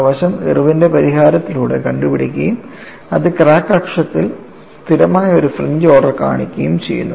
ആ വശം ഇർവിന്റെ പരിഹാരത്തിലൂടെ കണ്ടുപിടിക്കുകയും അത് ക്രാക്ക് അക്ഷത്തിൽ സ്ഥിരമായ ഒരു ഫ്രിഞ്ച് ഓർഡർ കാണിക്കുകയും ചെയ്യുന്നു